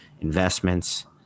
investments